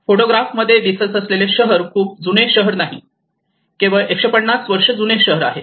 photograph मध्ये दिसत असलेले शहर खूप जुने शहर नाही केवळ 150 वर्ष जुने शहर आहे